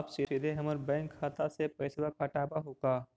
आप सीधे हमर बैंक खाता से पैसवा काटवहु का?